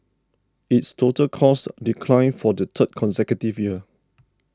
its total costs declined for the third consecutive year